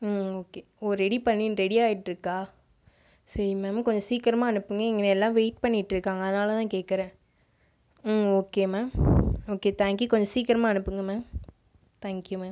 okay oh ready பண்ணி ரெடியாகிட்டு இருக்கா சரி மேம் கொஞ்சம் சீக்கிரமாக அனுப்புங்கள் இங்கே எல்லாம் வெயிட் பண்ணிட்டு இருக்காங்கள் அதனால் தான் கேட்கிறேன் okay ma'am okay thank you கொஞ்சம் சீக்கிரமாக அனுப்புங்கள் மேம் ஓகே தேங்க் யூ